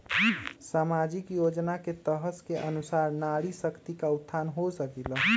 सामाजिक योजना के तहत के अनुशार नारी शकति का उत्थान हो सकील?